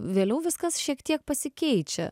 vėliau viskas šiek tiek pasikeičia